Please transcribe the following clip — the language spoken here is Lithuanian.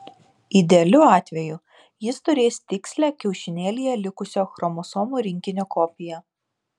idealiu atveju jis turės tikslią kiaušinėlyje likusio chromosomų rinkinio kopiją